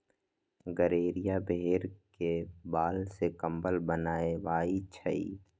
गड़ेरिया भेड़ के बाल से कम्बल बनबई छई